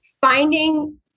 finding